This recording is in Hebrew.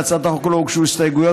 להצעת החוק לא הוגשו הסתייגויות,